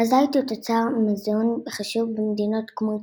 הזית הוא תוצר מזון חשוב במדינות כמו איטליה,